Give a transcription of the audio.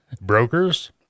Brokers